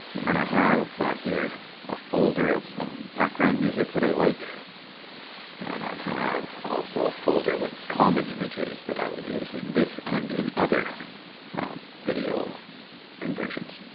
and i have here a folder of some background music that i like and i have also a folder with common images that i'll use in this and in other video conversions.